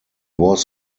was